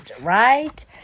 right